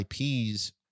ip's